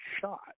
shot